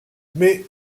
mais